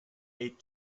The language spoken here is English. eight